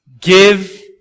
give